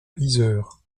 yzeure